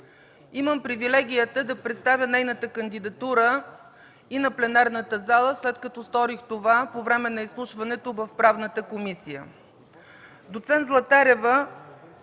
Имам привилегията да представя нейната кандидатура и на пленарната зала, след като сторих това по време на изслушването в Правната комисия.